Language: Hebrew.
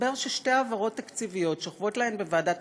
מסתבר ששתי העברות תקציביות שוכבות להן בוועדת